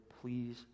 please